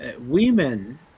women